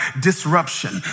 disruption